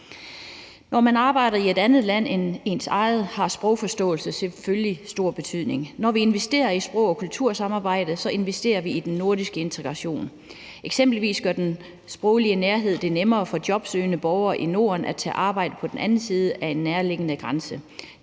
Når man arbejder i et andet land end ens eget, har sprogforståelse selvfølgelig stor betydning. Når vi investerer i sprog- og kultursamarbejdet, investerer vi i den nordiske integration. Eksempelvis gør den sproglige nærhed det nemmere for jobsøgende borgere i Norden at tage arbejde på den anden side af en nærliggende grænse.